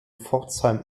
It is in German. pforzheim